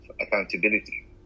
accountability